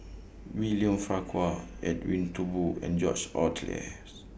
William Farquhar Edwin Thumboo and George